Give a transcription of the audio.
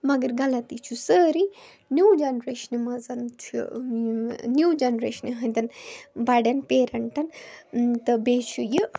مگرغلطی چھِ سٲرٕی نیٚو جَنریشنہِ منٛزَ چھِ نیٚو جَنریشنہِ ہٕنٛدٮ۪ن بَڑٮ۪ن پیرنٹَن تہٕ بیٚیہِ چھُ یہِ